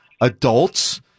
adults